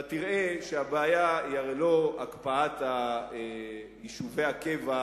אתה תראה שהבעיה היא הרי לא הקפאת יישובי הקבע,